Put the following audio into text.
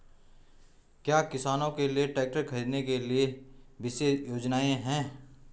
क्या किसानों के लिए ट्रैक्टर खरीदने के लिए विशेष योजनाएं हैं?